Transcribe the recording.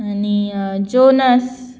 आनी जोनस